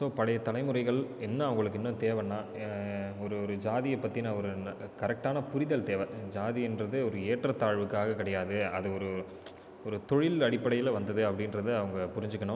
so பழைய தலைமுறைகள் ஏன்னா அவங்களுக்கு இன்னும் அவங்களுக்கு தேவைன்னா ஒரு ஒரு ஜாதியை பற்றின ஒரு கரெக்டான புரிதல் தேவை ஜாதி என்பது ஒரு ஏற்றத்தாழ்வுக்காக கிடையாது அது ஒரு தொழில் அடிப்படையில் வந்தது அப்படின்றது அவங்க புரிஞ்சுக்கணும்